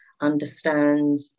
understand